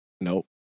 Nope